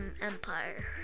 empire